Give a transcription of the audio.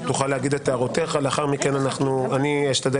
תוכל להעיר את הערתיך ולאחר מכן אני אשתדל